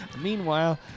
Meanwhile